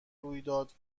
رویداد